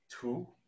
two